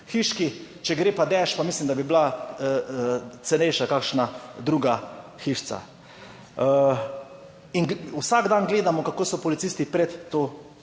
hiški, če gre pa dež pa mislim, da bi bila cenejša kakšna druga hišica. In vsak dan gledamo, kako so policisti pred to